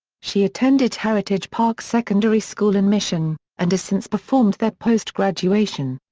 she attended heritage park secondary school in mission, and has since performed there post-graduation.